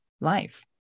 life